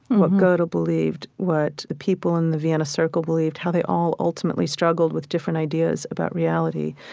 what godel believed, what the people in the vienna circle believed, how they all ultimately struggled with different ideas about reality.